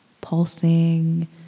pulsing